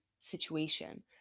Situation